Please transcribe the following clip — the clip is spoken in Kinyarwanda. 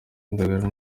indagara